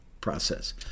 process